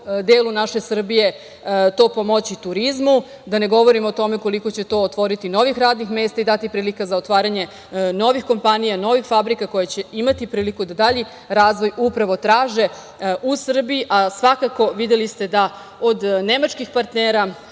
delu naše Srbije to pomoći turizmu, da ne govorim o tome koliko će to otvoriti novih radnih mesta i dati prilika za otvaranje novih kompanija, novih fabrika koje će imati priliku da dalji razvoj upravo traže u Srbiji. Svakako videli ste da od nemačkih partnera,